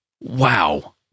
Wow